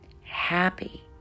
happy